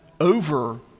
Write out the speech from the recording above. over